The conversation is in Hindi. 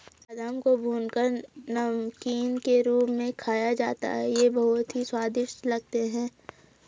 बादाम को भूनकर नमकीन के रूप में खाया जाता है ये बहुत ही स्वादिष्ट लगते हैं